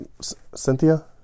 Cynthia